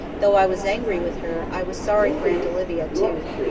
though i was angry with her, i was sorry for aunt olivia, too.